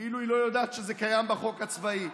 כאילו היא לא יודעת שזה קיים בחוק הצבאי.